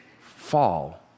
fall